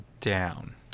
down